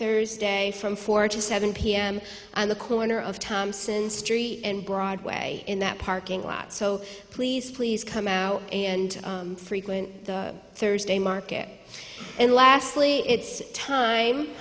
thursday from four to seven p m on the corner of thompson street and broadway in that parking lot so please please come out and frequent the thursday market and lastly it's time